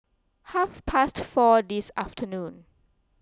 half past four this afternoon